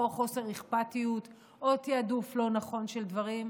חוסר אכפתיות או תיעדוף לא נכון של דברים,